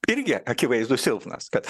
irgi akivaizdus silpnas kad